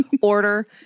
order